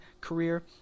career